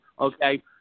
okay